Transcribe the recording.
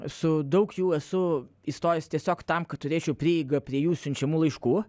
su daug jų esu įstojęs tiesiog tam kad turėčiau prieigą prie jų siunčiamų laiškų